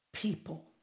people